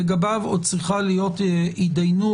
לגביו עוד צריכה להיות הידיינות.